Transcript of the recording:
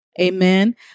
Amen